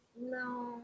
No